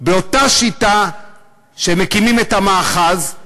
באותה שיטה שמקימים את המאחז,